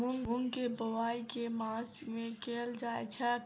मूँग केँ बोवाई केँ मास मे कैल जाएँ छैय?